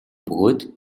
бөгөөд